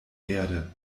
erde